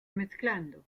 mezclando